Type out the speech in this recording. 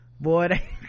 boy